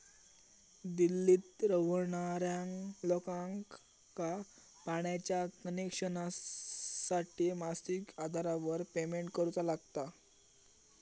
दिल्लीत रव्हणार्या लोकांका पाण्याच्या कनेक्शनसाठी मासिक आधारावर पेमेंट करुचा लागता